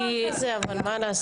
אין דבר כזה אבל, מה לעשות?